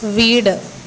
വീട്